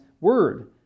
word